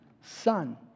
son